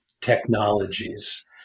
technologies